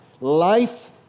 Life